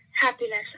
happiness